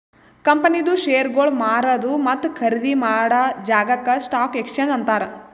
ಕಂಪನಿದು ಶೇರ್ಗೊಳ್ ಮಾರದು ಮತ್ತ ಖರ್ದಿ ಮಾಡಾ ಜಾಗಾಕ್ ಸ್ಟಾಕ್ ಎಕ್ಸ್ಚೇಂಜ್ ಅಂತಾರ್